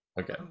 Okay